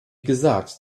gesagt